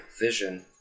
vision